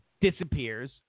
disappears